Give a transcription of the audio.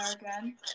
again